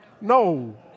No